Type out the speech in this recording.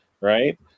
right